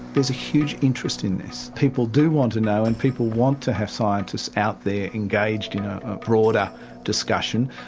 there's a huge interest in this. people do want to know and people want to have scientists out there engaged in you know a broader discussion.